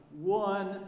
one